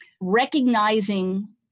recognizing